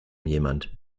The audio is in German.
jemand